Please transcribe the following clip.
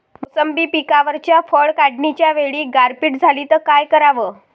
मोसंबी पिकावरच्या फळं काढनीच्या वेळी गारपीट झाली त काय कराव?